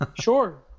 Sure